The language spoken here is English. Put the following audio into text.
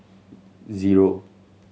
zero